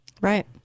Right